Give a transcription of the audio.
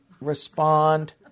respond